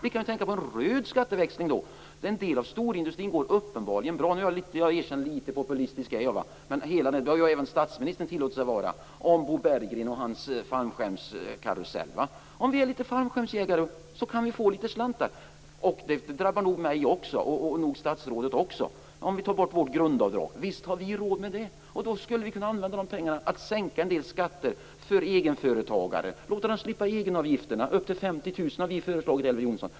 Vi kan då tänka på en röd skatteväxling. En del av storindustrin går uppenbarligen bra. Nu erkänner jag att jag är litet populistisk, men det har ju även statsministern tillåtit sig att vara i fråga om Bo Berggren och hans fallskärmskarusell. Om vi är litet fallskärmsjägare så kan vi få in en del slantar. Det här drabbar mig och statsrådet också om vi tar bort vårt grundavdrag. Visst har vi råd med det! Då skulle vi kunna använda dessa pengar till att sänka en del skatter för egenföretagare. Vi skulle kunna låta dem slippa egenavgifterna. Vi har föreslagit upp till 50 000, Elver Jonsson.